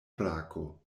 brako